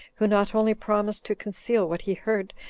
who not only promised to conceal what he heard,